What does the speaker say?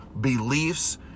beliefs